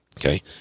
Okay